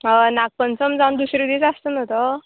हय नागपंचम जावन दुसरे दीस आसता न्हू तो